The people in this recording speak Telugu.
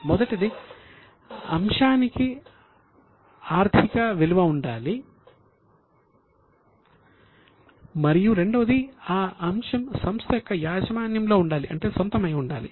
మొదటిది ఆ అంశానికి ఆర్థిక విలువ ఉండాలి మరియు రెండవది ఆ అంశం సంస్థ యొక్క యాజమాన్యంలో ఉండాలి అంటే సొంతం అయి ఉండాలి